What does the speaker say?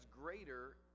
greater